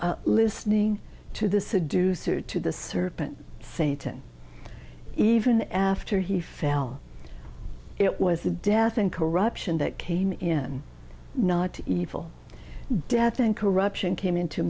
by listening to the seducer to the serpent satan even after he fell it was the death and corruption that came in not evil death and corruption came into